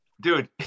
dude